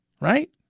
Right